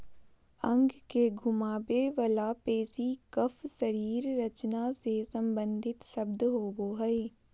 अंग के घुमावे वला पेशी कफ शरीर रचना से सम्बंधित शब्द होबो हइ